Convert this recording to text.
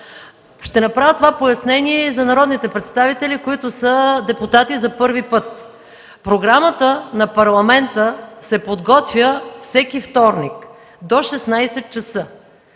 Ще направя това пояснение и за народните представители, които са депутати за първи път. Програмата на парламента се подготвя всеки вторник до 16 ч.